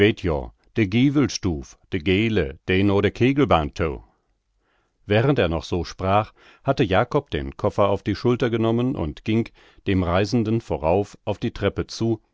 noah de kegelboahn to während er noch so sprach hatte jakob den koffer auf die schulter genommen und ging dem reisenden vorauf auf die treppe zu